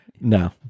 no